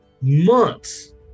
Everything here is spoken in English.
months